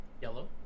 Yellow